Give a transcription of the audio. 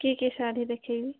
କି କି ଶାଢ଼ୀ ଦେଖାଇବି